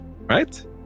right